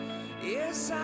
yes